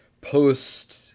post